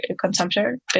consumption